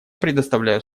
предоставляю